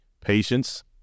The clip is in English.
patience